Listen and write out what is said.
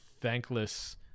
thankless